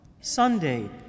Sunday